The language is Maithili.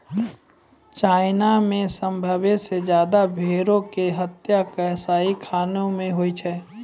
चाइना मे सभ्भे से ज्यादा भेड़ो के हत्या कसाईखाना मे होय छै